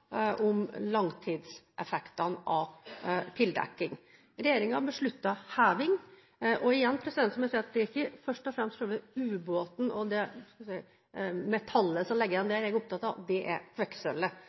om ikke alle – faglige tilrådningene har gått på tildekking. Så er det da fra befolkningen knyttet usikkerhet til langtidseffektene av tildekking. Regjeringen har besluttet heving. Igjen må jeg si at det er ikke først og fremst selve ubåten og metallet som ligger igjen der, jeg er opptatt av. Det er kvikksølvet,